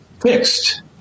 fixed